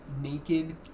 naked